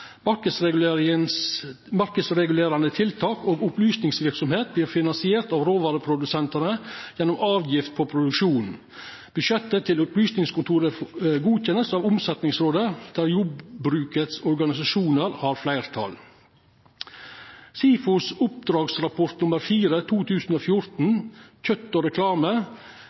tiltak og opplysningsverksemd vert finansierte av råvareprodusentane gjennom avgift på produksjonen. Budsjettet til opplysningskontoret vert godkjent av Omsetningsrådet, der organisasjonane til jordbruket har fleirtal. Oppdragsrapport nr. 4-2014 frå SIFO, Kjøtt og reklame,